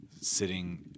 sitting